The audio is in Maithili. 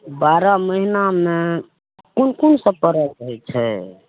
बारह महिनामे कोन कोनसब परब होइ छै